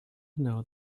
know